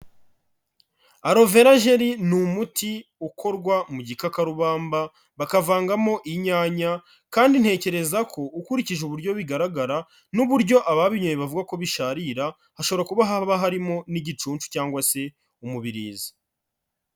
Alovera jeri ni umuti ukorwa mu gikakarubamba, bakavangamo inyanya kandi ntekereza ko ukurikije uburyo bigaragara n'uburyo ababinyoye bavuga ko bisharira, hashobora kuba haba harimo n'igicunshu cyangwa se umubirizi.